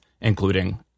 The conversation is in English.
including